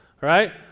right